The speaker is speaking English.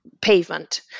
pavement